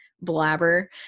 blabber